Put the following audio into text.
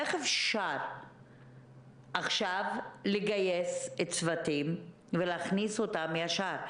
איך אפשר עכשיו לגייס צוותים ולהכניס אותם ישר?